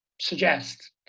suggest